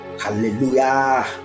hallelujah